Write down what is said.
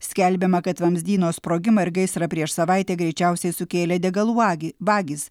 skelbiama kad vamzdyno sprogimą ir gaisrą prieš savaitę greičiausiai sukėlė degalų vagy vagys